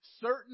certain